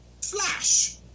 FLASH